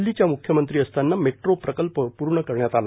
दिल्लीच्या मुख्यमंत्री असताना मेट्रो प्रकल्प पूर्ण करण्यात आला